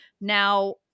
now